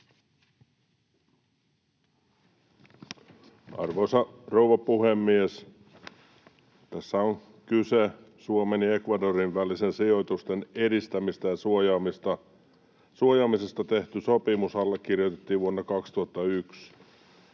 Arvoisa rouva puhemies! Tässä on kyseessä Suomen ja Ecuadorin välinen sijoitusten edistämisestä ja suojaamisesta tehty sopimus, joka allekirjoitettiin vuonna 2001.